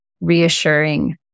reassuring